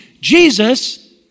Jesus